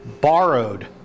borrowed